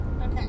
Okay